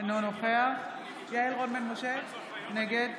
אינו נוכח יעל רון בן משה, נגד